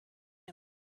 him